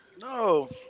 no